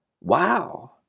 Wow